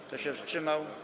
Kto się wstrzymał?